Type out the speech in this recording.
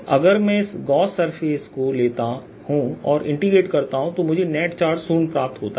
तो अगर मैं इस गॉस सरफेस को लेता हूं और इंटीग्रेट करता हूं तो मुझे नेट चार्ज शून्य प्राप्त होता है